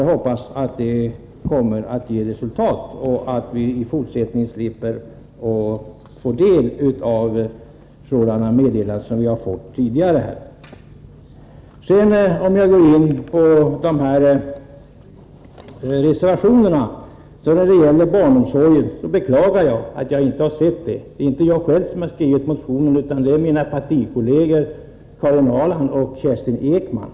Jag hoppas att det kommer att bli ett bra resultat, så att vi framdeles slipper få sådana här meddelanden. Sedan till reservationerna. Beträffande barnomsorgen beklagar jag att jag inte har sett uppgifterna. Det är inte jag själv som har skrivit motionen utan mina partikolleger Karin Ahrland och Kerstin Ekman.